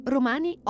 Romani